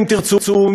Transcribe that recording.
אם תרצו,